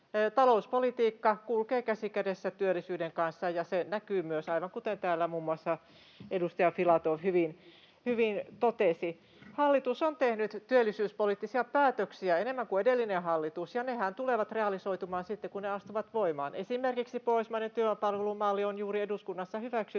Talouspolitiikka kulkee käsi kädessä työllisyyden kanssa, ja se näkyy myös, aivan kuten täällä muun muassa edustaja Filatov hyvin totesi. Hallitus on tehnyt työllisyyspoliittisia päätöksiä enemmän kuin edellinen hallitus, ja nehän tulevat realisoitumaan sitten, kun ne astuvat voimaan. Esimerkiksi pohjoismainen työvoimapalvelumalli on juuri eduskunnassa hyväksytty